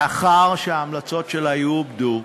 לאחר שההמלצות שלה יעובדו,